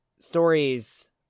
Stories